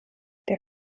der